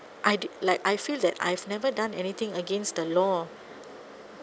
I did like I feel that I've never done anything against the law